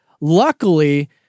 luckily